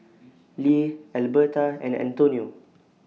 Leah Elberta and Antonio